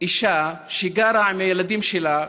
אישה שגרה עם הילדים שלה,